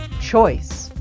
choice